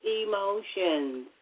emotions